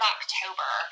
October